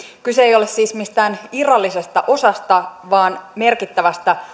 kyse ei ole siis mistään irrallisesta osasta vaan merkittävästä